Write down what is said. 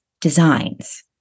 designs